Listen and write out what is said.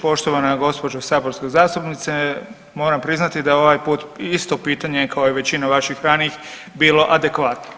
Poštovana gospođo saborska zastupnice, moram priznati da ovaj put isto pitanje kao i većina vaših ranijih bilo adekvatno.